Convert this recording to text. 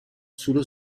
sullo